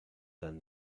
than